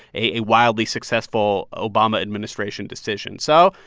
a wildly successful obama administration decision so,